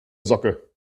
socke